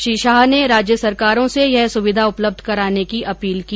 श्री शाह ने राज्य सरकारों से यह सुविधा उपलब्ध कराने की अपील की